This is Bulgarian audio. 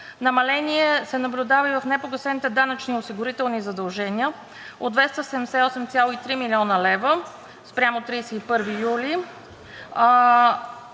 Намаление се наблюдава и в непогасените данъчни осигурителни задължения от 278,3 млн. лв. спрямо 31 юли,